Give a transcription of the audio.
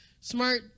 smart